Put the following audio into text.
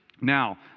Now